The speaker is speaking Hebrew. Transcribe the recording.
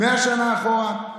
100 שנה אחורה,